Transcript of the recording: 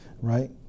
right